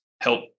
help